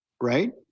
right